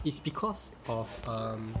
it's because of um